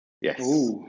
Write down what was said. Yes